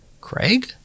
craig